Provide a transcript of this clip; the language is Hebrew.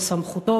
לסמכותו,